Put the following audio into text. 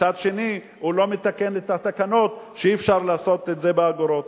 מצד שני הוא לא מתקן את התקנות שאי-אפשר לעשות את זה באגורות.